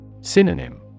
Synonym